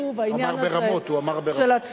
שוב, העניין הזה של הצביעות.